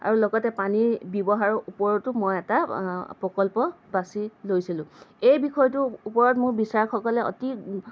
আৰু লগতে পানীৰ ব্যৱহাৰৰ ওপৰতো মই এটা প্ৰকল্প বাছি লৈছিলোঁ এই বিষয়টোৰ ওপৰত মোক বিচাৰকসকলে অতি